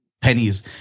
pennies